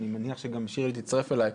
אני מניח שגם שירלי תצטרף אליי,